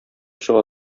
чыга